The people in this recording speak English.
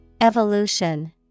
Evolution